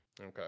Okay